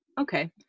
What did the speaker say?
Okay